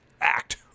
act